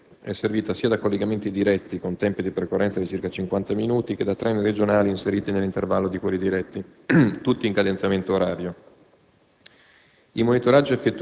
La linea Torino-Ivrea è servita sia da collegamenti diretti con tempi di percorrenza di circa 50 minuti, che da treni regionali inseriti nell'intervallo di quelli diretti, tutti in cadenzamento orario.